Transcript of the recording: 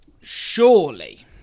surely